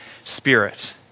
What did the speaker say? spirit